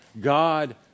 God